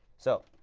so